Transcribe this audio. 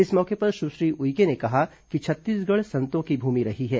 इस मौके पर सुश्री उइके ने कहा कि छत्तीसगढ़ संतों की भूमि रही है